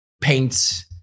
paints